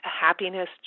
happiness